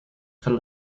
for